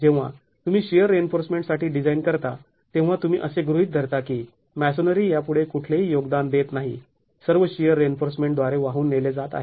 जेव्हा तुम्ही shear reinforcement साठी डिझाईन करता तेव्हा तुम्ही असे गृहीत धरता की मॅसोनरी यापुढे कुठलेही योगदान देत नाही सर्व शिअर रिइन्फोर्समेंट द्वारे वाहून नेले जात आहे